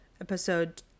episode